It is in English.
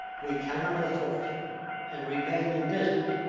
we cannot afford it and remain in business.